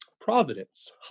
providence